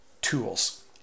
tools